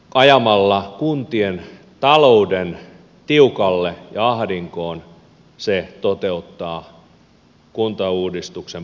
ajamalla kuntien talouden tiukalle ja ahdinkoon se toteuttaa kuntauudistuksen pakkoliitoshankkeita